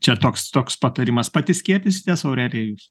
čia toks toks patarimas pati skiepysitės aurelija jūs